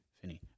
Finney